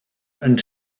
and